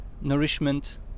nourishment